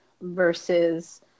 versus